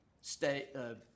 state